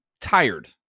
tired